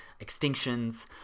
extinctions